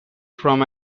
form